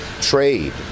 Trade